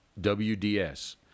WDS